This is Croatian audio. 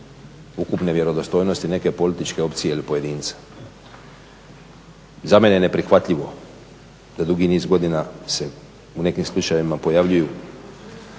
neke političke opcije ili pojedinca. Za mene je neprihvatljivo da dugi niz godina se u nekim slučajevima pojavljuju